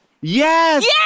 Yes